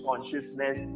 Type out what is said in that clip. consciousness